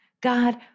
God